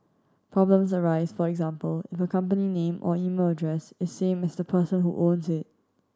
problems arise for example if a company name or email address is same as the person who owns it